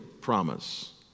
promise